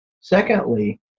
Secondly